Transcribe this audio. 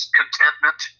contentment